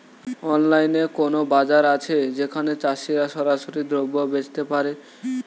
অনলাইনে কোনো বাজার আছে যেখানে চাষিরা সরাসরি দ্রব্য বেচতে পারে?